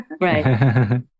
Right